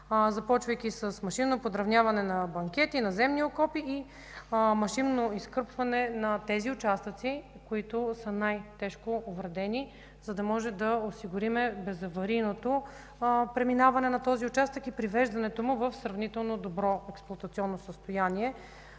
започвайки с машинно подравняване на банкети, наземни окопи и машинно изкърпване на тези участъци, които са най-тежко увредени, за да може да осигурим безаварийното преминаване на този участък и привеждането му в сравнително добро експлоатационно състояние.